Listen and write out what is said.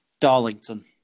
Darlington